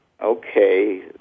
okay